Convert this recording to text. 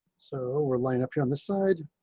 so we're laying up here on the side.